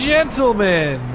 Gentlemen